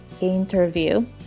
interview